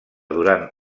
durant